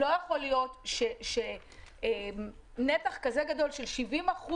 לא יכול להיות שנתח כזה גדול של 70%